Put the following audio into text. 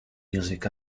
music